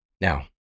Now